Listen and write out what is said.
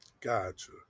Gotcha